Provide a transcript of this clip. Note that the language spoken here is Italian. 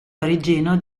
parigino